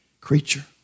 Creature